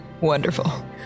Wonderful